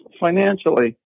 financially